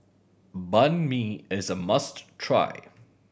Banh Mi is a must try